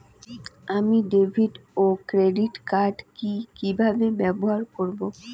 আমি ডেভিড ও credit card কি কিভাবে ব্যবহার করব?